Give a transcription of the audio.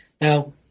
Now